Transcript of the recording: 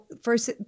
first